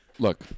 Look